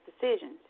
decisions